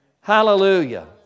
Hallelujah